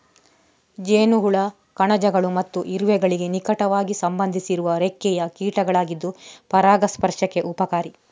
ಜೇನುಹುಳ ಕಣಜಗಳು ಮತ್ತು ಇರುವೆಗಳಿಗೆ ನಿಕಟವಾಗಿ ಸಂಬಂಧಿಸಿರುವ ರೆಕ್ಕೆಯ ಕೀಟಗಳಾಗಿದ್ದು ಪರಾಗಸ್ಪರ್ಶಕ್ಕೆ ಉಪಕಾರಿ